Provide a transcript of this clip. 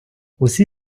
усі